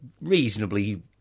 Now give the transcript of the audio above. reasonably